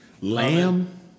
lamb